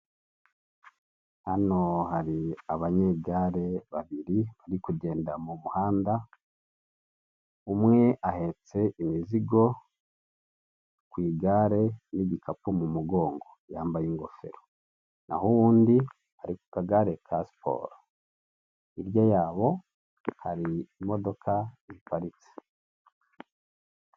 Hano hari abanyegare babiri bari kugenda mu muhanda umwe ahetse imizigo ku igare n'igikapu mu mugongo, yambaye ingofero naho uwundi ari ku kagare ka siporo hirya yabo hari imodoka ziparitse.